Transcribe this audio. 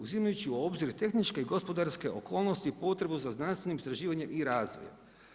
Uzimajući u obzir tehničke i gospodarske okolnosti, potrebu za znanstvenim istraživanjem i razvojem.